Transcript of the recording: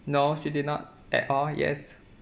no she did not at all yes